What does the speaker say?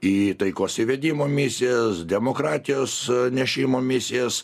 į taikos įvedimo misijas demokratijos nešimo misijas